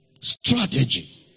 strategy